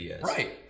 Right